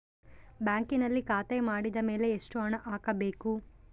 ಬ್ಯಾಂಕಿನಲ್ಲಿ ಖಾತೆ ಮಾಡಿದ ಮೇಲೆ ಎಷ್ಟು ಹಣ ಹಾಕಬೇಕು?